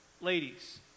Ladies